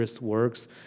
works